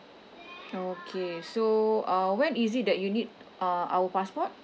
okay so uh when is it that you need uh our passport